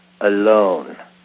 alone